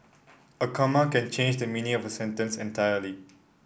a comma can change the meaning of a sentence entirely